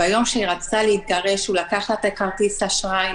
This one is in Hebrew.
ביום שהיא רצתה להתגרש הוא לקח לה את כרטיס האשראי,